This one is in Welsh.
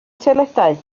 toiledau